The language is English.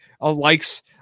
likes